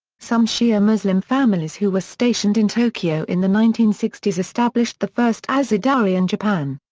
some shia muslim families who were stationed in tokyo in the nineteen sixty s established the first azadari in japan.